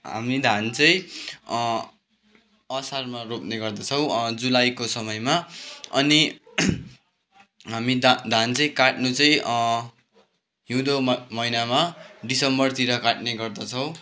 हामी धान चाहिँ असारमा रोप्ने गर्दछौँ जुलाईको समयमा अनि हामी धा धान चाहिँ काट्नु चाहिँ हिउँदो महिनामा डिसम्बरतिर काट्ने गर्दछौँ